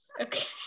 okay